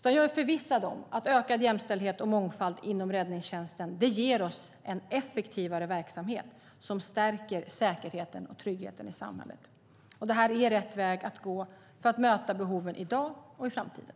Jag är förvissad om att ökad jämställdhet och mångfald inom räddningstjänsten ger oss en effektivare verksamhet som stärker säkerheten och tryggheten i samhället. Det här är rätt väg att gå för att möta behoven i dag och i framtiden.